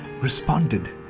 responded